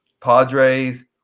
Padres